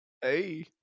Hey